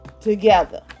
together